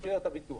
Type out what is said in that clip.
במסגרת הביטוח.